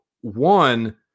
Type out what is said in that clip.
one